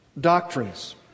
doctrines